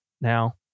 now